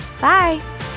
bye